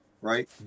right